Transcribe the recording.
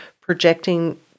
projecting